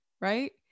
right